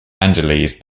angeles